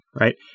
right